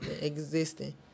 Existing